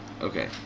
okay